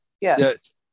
yes